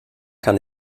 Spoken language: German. kann